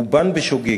רובן בשוגג.